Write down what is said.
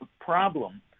problem